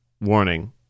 warning